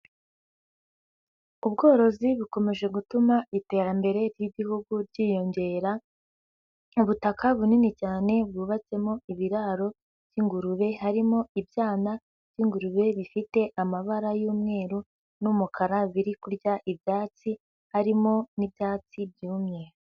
Ubworozi bukomeje gutuma iterambere ry'igihugu ryiyongera; ubutaka bunini cyane bwubatsemo ibiraro by'ingurube, harimo ibyana by'ingurube bifite amabara y'umweru n'umukara biri kurya ibyatsi, harimo n'ibyatsi byumye.